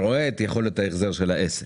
רואה את יכולת ההחזר של העסק.